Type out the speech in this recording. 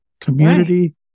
community